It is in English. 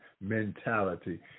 mentality